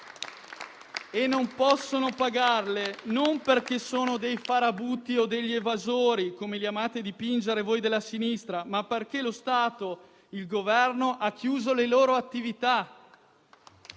E non possono pagarle non perché sono dei farabutti o degli evasori, come li amate dipingere voi della sinistra, ma perché lo Stato (il Governo) ha chiuso le loro attività.